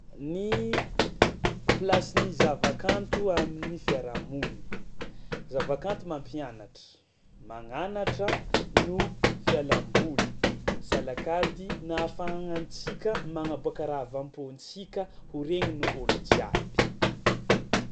Ny plasin'ny zavakanto amin'ny fiarahamonina: zavakanto mampianatra, mananatra no fialamboly salakady nahafahagnantsika magnaboàka raha avy am-pôntsika ho regnin'ny ôlo jiaby.